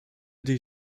die